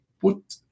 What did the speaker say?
put